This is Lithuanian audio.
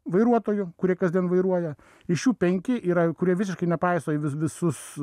vairuotojų kurie kasdien vairuoja iš jų penki yra kurie visiškai nepaiso visus